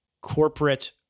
corporate